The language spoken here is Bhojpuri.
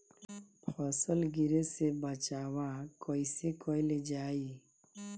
फसल गिरे से बचावा कैईसे कईल जाई?